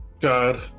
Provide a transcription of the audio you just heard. God